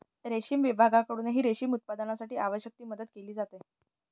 रेशीम विभागाकडूनही रेशीम उत्पादनासाठी आवश्यक ती मदत केली जाते